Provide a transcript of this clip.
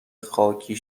خاکی